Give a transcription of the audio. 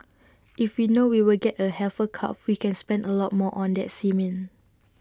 if we know we will get A heifer calf we can spend A lot more on that semen